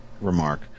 remark